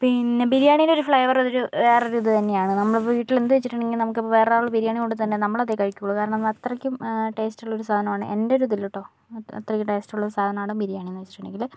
പിന്നെ ബിരിയാണിയുടെ ഒരു ഫ്ലേവർ ഒരു വേറൊരു ഇത് തന്നെയാണ് നമുക്കിപ്പോൾ വീട്ടിൽ എന്ത് വെച്ചിട്ടുണ്ടെങ്കിലും നമുക്കിപ്പോൾ വേറൊരാള് ബിരിയാണി കൊണ്ടുതന്നാൽ നമ്മളതേ കഴിക്കുകയുള്ളു കാരണം അത്രക്കും ടേസ്റ്റ് ഉള്ള ഒരു സാധനമാണ് എൻ്റെ ഒരു ഇതില് കേട്ടോ അത്രയ്ക്ക് ടേസ്റ്റ് ഉള്ള ഒരു സാധനമാണ് ബിരിയാണിയെന്ന് വെച്ചിട്ടുണ്ടെങ്കില്